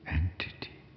entity